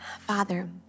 Father